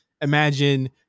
Imagine